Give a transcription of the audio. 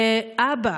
אבא